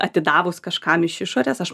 atidavus kažkam iš išorės aš